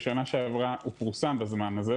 בשנה שעברה הוא פורסם בזמן הזה,